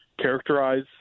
characterize